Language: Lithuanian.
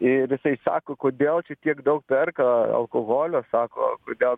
ir jisai sako kodėl čia tiek daug perka alkoholio sako kodėl